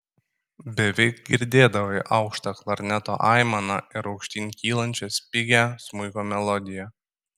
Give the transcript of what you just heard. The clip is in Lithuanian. beveik girdėdavai aukštą klarneto aimaną ir aukštyn kylančią spigią smuiko melodiją